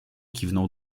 kiwnął